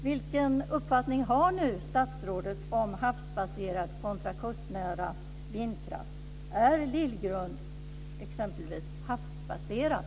Vilken uppfattning har nu statsrådet om havsbaserad kontra kustnära vindkraft? Är exempelvis Lillgrund havsbaserad?